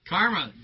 Karma